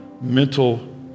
mental